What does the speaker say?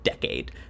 decade